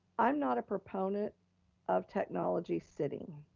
i'm not a proponent of technology sitting